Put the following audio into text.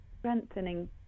strengthening